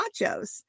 nachos